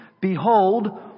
behold